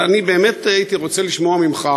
אבל אני באמת הייתי רוצה לשמוע ממך,